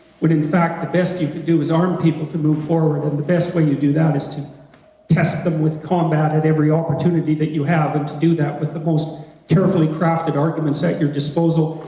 when in fact the best you can do is to arm people to move forward and the best way you do that is to test them with combat at every opportunity that you have, and to do that with the most carefully crafted arguments at your disposal,